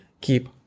keep